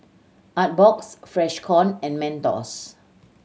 Artbox Freshkon and Mentos